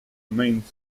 domains